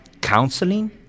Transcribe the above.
counseling